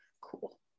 cool